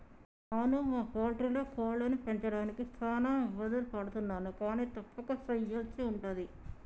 నాను మా పౌల్ట్రీలో కోళ్లను పెంచడానికి చాన ఇబ్బందులు పడుతున్నాను కానీ తప్పక సెయ్యల్సి ఉంటది